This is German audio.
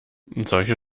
solche